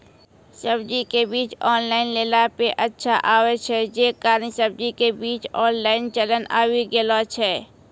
सब्जी के बीज ऑनलाइन लेला पे अच्छा आवे छै, जे कारण सब्जी के बीज ऑनलाइन चलन आवी गेलौ छै?